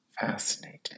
Fascinating